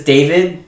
David